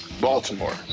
Baltimore